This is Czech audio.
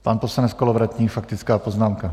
Pan poslanec Kolovratník, faktická poznámka.